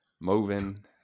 moving